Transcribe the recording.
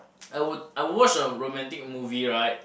I would I watch a romantic movie right